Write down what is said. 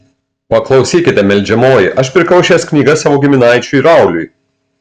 paklausykite meldžiamoji aš pirkau šias knygas savo giminaičiui rauliui